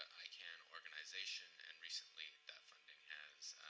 icann organization, and recently that funding has